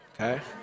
okay